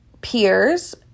peers